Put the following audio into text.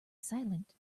silent